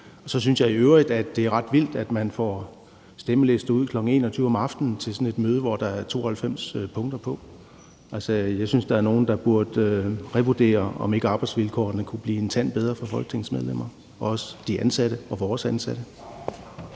Så synes jeg i øvrigt, det er ret vildt, at man får stemmelister ud kl. 21 om aftenen til sådan et møde, som der er 92 punkter på. Altså, jeg synes, at der er nogle, der burde revurdere det og se på, om ikke arbejdsvilkårene kunne blive en tand bedre for folketingsmedlemmer og også for de ansatte og vores ansatte.